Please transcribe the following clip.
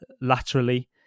laterally